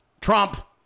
Trump